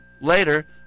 later